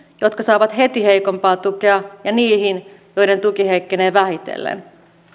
jotka saavat heti heikompaa tukea ja niihin joiden tuki heikkenee vähitellen